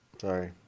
Sorry